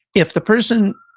if the person